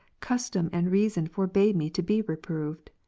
custom and reason forbade me to be reproved.